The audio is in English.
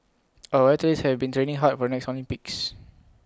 our athletes have been training hard for next Olympics